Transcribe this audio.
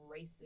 racist